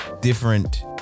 different